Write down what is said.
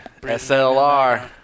SLR